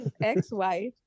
ex-wife